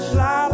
Fly